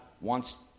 wants